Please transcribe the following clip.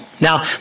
Now